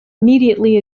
immediately